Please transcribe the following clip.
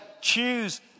choose